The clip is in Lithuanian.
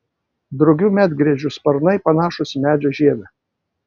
drugių medgręžių sparnai panašūs į medžio žievę